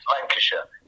Lancashire